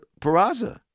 Peraza